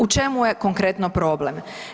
U čemu je konkretno problem?